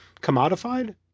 commodified